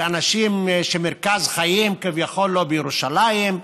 של אנשים שמרכז חייהם כביכול לא בירושלים,